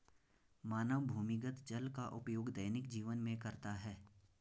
मानव भूमिगत जल का उपयोग दैनिक जीवन में करता है